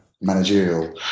managerial